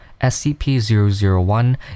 SCP-001